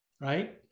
right